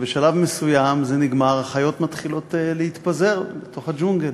ובשלב מסוים זה נגמר והחיות מתחילות להתפזר בתוך הג'ונגל.